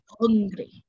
hungry